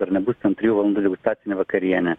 ar nebus ten trijų valandų degustacinė vakarienė